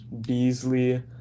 Beasley